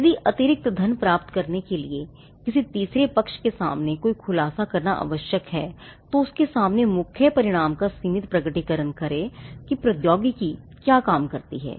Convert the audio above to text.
यदि अतिरिक्त धन प्राप्त करने के लिए किसी तीसरे पक्ष के सामने कोई खुलासा करना आवश्यक हैतो उसके सामने मुख्य परिणाम का सीमित प्रकटीकरण करे कि प्रौद्योगिकी क्या काम करती है